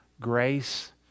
grace